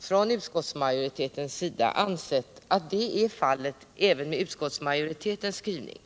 från utskottsmajoritetens sida ansett att det blir möjligt även med utskottsmajoritetens skrivning.